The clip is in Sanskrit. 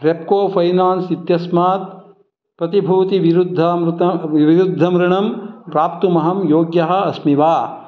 रेप्को फ़ैनान्स् इत्यस्मात् प्रतिभूतिविरुद्धमृणं विरुद्धमृणं प्राप्तुमहं योग्यः अस्मि वा